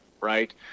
Right